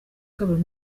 kabiri